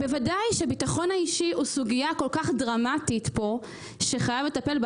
בוודאי שהביטחון האישי הוא סוגיה כל כך דרמטית פה שחייבים לטפל בה.